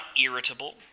irritable